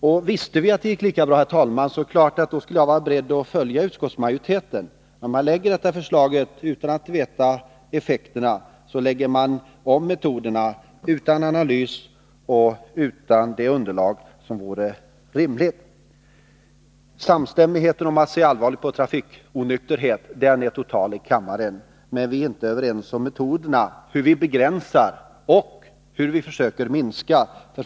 Visste vi, herr talman, att det gick lika bra med den föreslagna ordningen är det klart att jag skulle vara beredd att följa utskottsmajoritetens förslag. Men utan att veta effekterna, utan den analys och det underlag som vore rimligt, lägger man om metoderna. Samstämmigheten om att man skall se allvarligt på trafikonykterhet är total i kammaren. Men vi är inte överens om hur vi skall begränsa antalet trafiknykterhetsbrott.